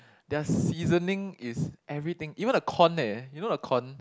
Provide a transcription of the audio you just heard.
their seasoning is everything even the corn leh you know the corn